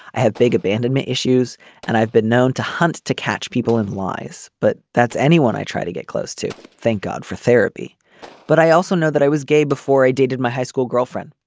i have big abandonment issues and i've been known to hunt to catch people in lies. but that's anyone i try to get close to. thank god for therapy but i also know that i was gay before i dated my high school girlfriend.